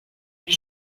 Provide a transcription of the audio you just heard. les